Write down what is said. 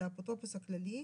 לאפוטרופוס הכללי,